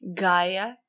Gaia